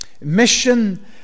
Mission